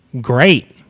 Great